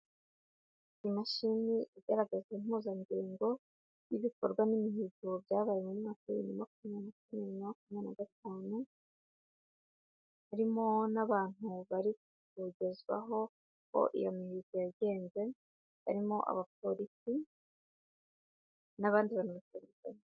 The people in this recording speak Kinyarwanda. Imashini igaragaza impuzandengo y'ibikorwa n'imihigo byabaye mu mwaka wa bibiri na makumyabiri na kane, bibiri na makumyabiri na gatanu harimo n'abantu bari kubagezwaho uko iyo mihigo yagenze harimo abapoliki n'abandi bantu batandukanye.